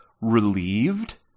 relieved